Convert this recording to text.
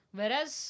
Whereas